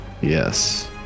Yes